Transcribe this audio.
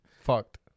fucked